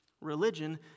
Religion